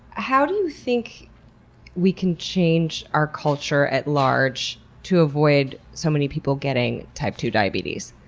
how do you think we can change our culture at large to avoid so many people getting type two diabetes?